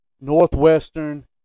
Northwestern